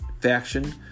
faction